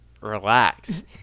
relax